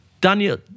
Daniel